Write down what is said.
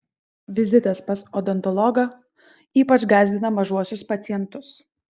vizitas pas odontologą ypač gąsdina mažuosius pacientus